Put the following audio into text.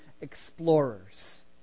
explorers